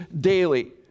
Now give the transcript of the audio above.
daily